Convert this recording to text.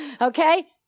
Okay